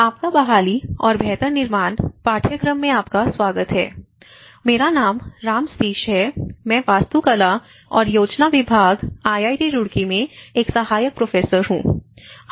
आपदा बहाली और बेहतर निर्माण पाठ्यक्रम में आपका स्वागत है मेरा नाम राम सतेश है मैं वास्तुकला और योजना विभाग आईआईटी रुड़की में एक सहायक प्रोफेसर हूं